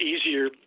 easier